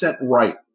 right